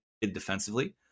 defensively